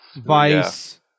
Vice